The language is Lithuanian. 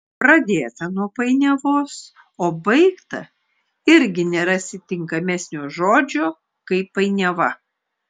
pradėta nuo painiavos o baigta irgi nerasi tinkamesnio žodžio kaip painiava